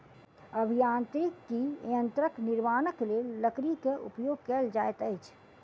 अभियांत्रिकी यंत्रक निर्माणक लेल लकड़ी के उपयोग कयल जाइत अछि